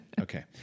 Okay